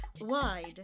wide